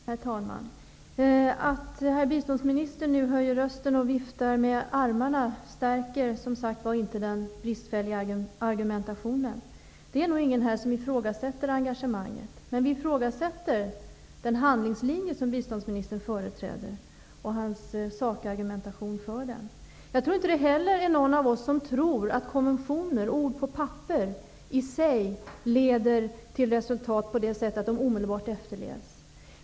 Herr talman! Att herr biståndsministern nu höjer rösten och viftar med armarna stärker inte den bristfälliga argumentationen, som sagt var. Det är nog ingen här som ifrågasätter engagemanget. Men vi ifrågasätter den handlingslinje som biståndsministern företräder och hans sakargumentation för den. Jag tror inte heller att det är någon av oss som tror att konventioner, ord på papper, i sig leder till resultat på det sättet att de omedelbart efterlevs.